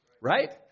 Right